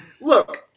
look